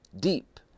deep